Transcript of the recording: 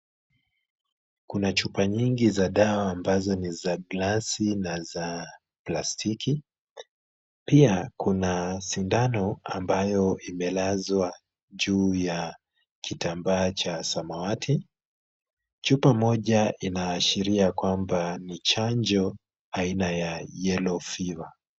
Kuna chupa nyingi za dawa ambazo ni za glasi na za plastiki, pia kuna sindano ambayo imelazwa juu ya kitambaa cha samawati. Chupa moja inaashiria kwamba ni chanjo aina ya yellow fever .